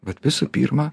vat visų pirma